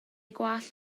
gwallt